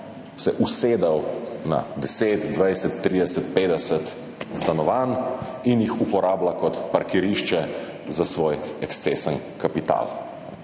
sklad, usedel na 10, 20, 30, 50 stanovanj in jih uporablja kot parkirišče za svoj ekscesen kapital.